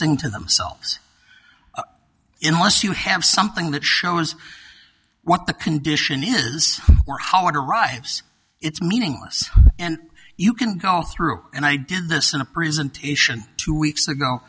saying to themselves in once you have something that shows what the condition is or how it arrives it's meaningless and you can go through and i did this in a presentation two weeks ago